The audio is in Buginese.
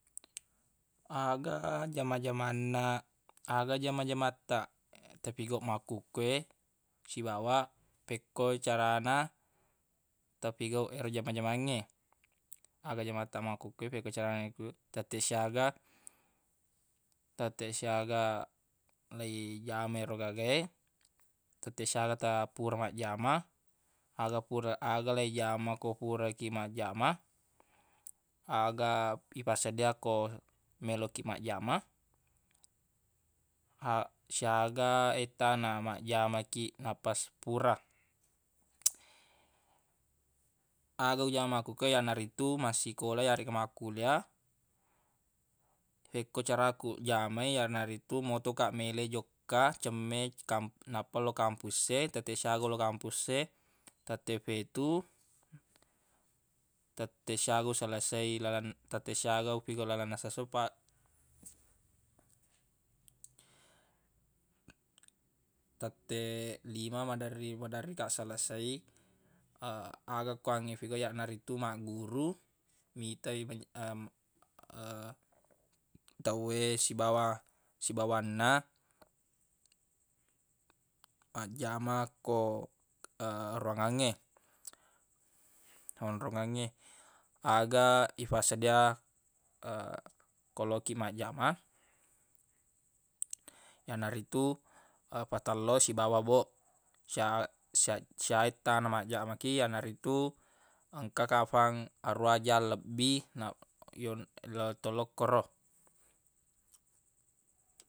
Aga jama-jamanna aga jama-jamatta tafigauq makkuke sibawa pekkoi carana tafigauq ero jama-jamangnge aga jamatta makkuke fekko carana ifi- tetteq siaga tette siaga leijama yero gaga e tetteq siaga ta fura majjama aga fura aga leijama ko fura kiq majjama aga ifassedia ko meloq kiq majjama a- siaga ettana majjama kiq nappas fura aga ujama makkuke yanaritu massikola yaregga makkulia fekko caraku jamai yanaritu motoq kaq meleq jokka cemme kam- nappa lo kampus e tetteq siaga ulau kampus e tetteq fetu tetteq siaga uselesai lalen- tetteq siaga ufigauq laenna siesso pa- tetteq lima maderri maderri kaq selesai aga kuangnge ufigauq yanaritu magguru mitai me- tawwe sibawa sibawanna majjama ko ruangangnge onrongengnge aga ifassedia ko loki majjama yanaritu fatello sibawa boq sia- siaj- siaettana majjama kiq yanaritu engka kafang aruwa jang lebbi na- yo- lo to lau koro.